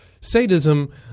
sadism